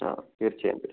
ആ തീർച്ചയായും തീർച്ചയായും